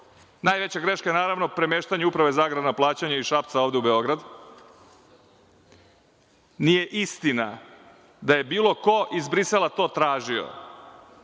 Najveća greška je, naravno, premeštanje Uprave za agrarna plaćanja iz Šapca ovde u Beograd. Nije istina da je bilo ko iz Brisela to tražio,